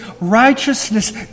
righteousness